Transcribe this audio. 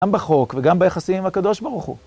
גם בחוק וגם ביחסים עם הקדוש ברוך הוא.